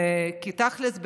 כי תכלס,